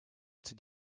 did